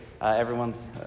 everyone's